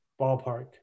Ballpark